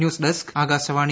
news desk Akashvani